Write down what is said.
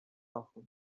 after